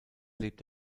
lebt